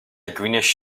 greenish